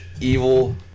evil